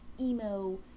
emo